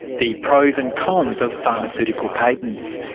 the pros and cons of pharmaceutical patents.